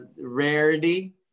Rarity